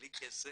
בלי כסף,